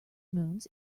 moons